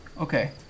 Okay